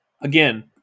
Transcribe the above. again